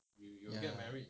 ya